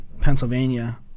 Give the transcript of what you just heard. pennsylvania